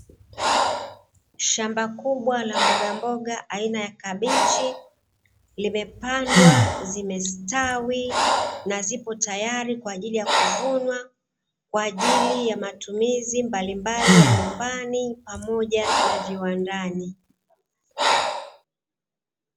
Shamba kubwa la mbogamboga aina ya kabichi, limepandwa, zimestawi; na zipo tayari kwa ajili ya kuvunwa kwa ajili ya matumizi mbalimbali ya nyumbani pamoja na viwandani.